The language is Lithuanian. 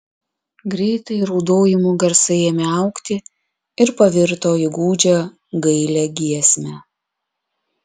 greitai raudojimų garsai ėmė augti ir pavirto į gūdžią gailią giesmę